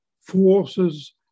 Forces